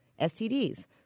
STDs